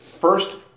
first